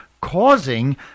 causing